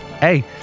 Hey